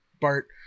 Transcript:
bart